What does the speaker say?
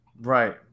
Right